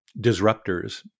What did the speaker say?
disruptors